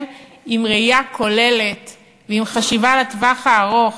עם ראייה כוללת ועם חשיבה לטווח הארוך.